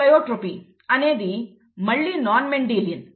pleiotropy అనేది మళ్లీ non Mendelian